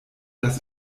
das